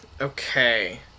okay